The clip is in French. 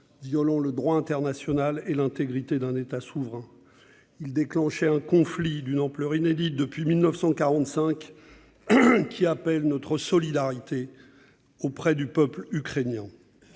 violant le droit international et l'intégrité d'un État souverain, il déclenchait sur le continent un conflit d'une ampleur inédite depuis 1945, qui appelle notre solidarité auprès du peuple ukrainien.